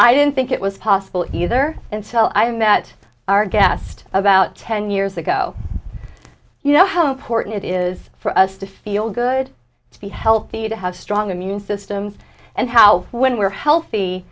i didn't think it was possible either and so i am that our guest about ten years ago you know how important it is for us to feel good to be healthy to have strong immune systems and how when we're healthy